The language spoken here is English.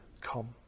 come